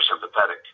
sympathetic